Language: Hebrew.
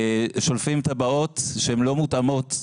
שולפים תב״עות שלא מותאמות.